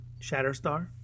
Shatterstar